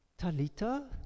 talita